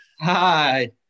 Hi